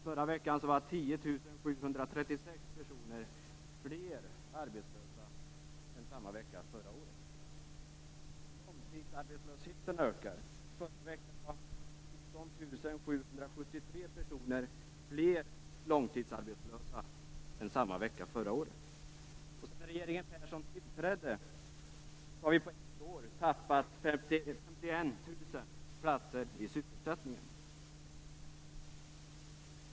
Förra veckan var 10 736 personer fler långtidsarbetslösa än samma vecka förra året. Och sedan regeringen Persson tillträdde har vi på ett år tappat 51 000 platser i sysselsättningen.